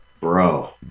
Bro